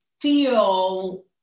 feel